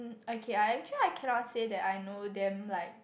okay I actually I cannot say that I know them like